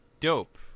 dope